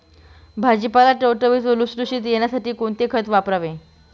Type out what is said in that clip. भाजीपाला टवटवीत व लुसलुशीत येण्यासाठी कोणते खत वापरावे?